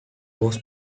was